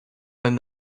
when